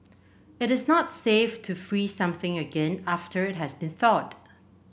it is not safe to freeze something again after it has been thawed